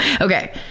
okay